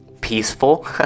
peaceful